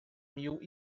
mil